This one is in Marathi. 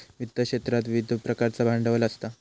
वित्त क्षेत्रात विविध प्रकारचा भांडवल असता